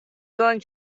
going